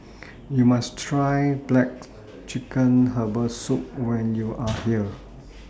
YOU must Try Black Chicken Herbal Soup when YOU Are here